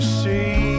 see